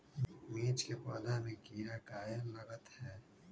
मिर्च के पौधा में किरा कहे लगतहै?